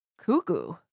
cuckoo